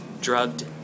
drugged